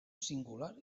singular